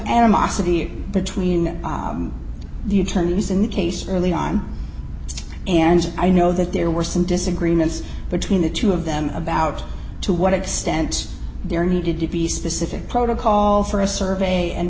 animosity between the attorneys in the case early on and i know that there were some disagreements between the two of them about to what extent there needed to be specific protocol for a survey and